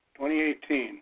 2018